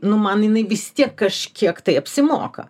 nu man jinai vis tiek kažkiek tai apsimoka